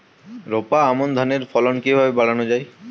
রোপা আমন ধানের ফলন কিভাবে বাড়ানো যায়?